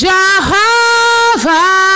Jehovah